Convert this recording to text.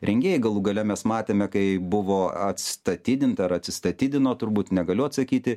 rengėjai galų gale mes matėme kai buvo atstatydinta ar atsistatydino turbūt negaliu atsakyti